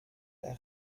der